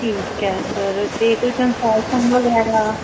ਠੀਕ ਹੈ ਸਰ ਅਤੇ ਕੋਈ ਕਨਸੈਸਨ ਵਗੈਰਾ